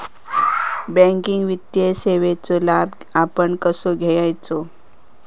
Banking वित्तीय सेवाचो लाभ आपण कसो घेयाचो?